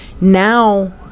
now